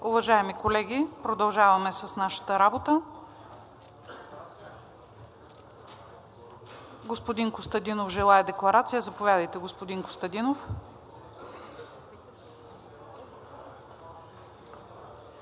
Уважаеми колеги, продължаваме с нашата работа. Господин Костадинов желае декларация. Заповядайте, господин Костадинов.